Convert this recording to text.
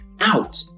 out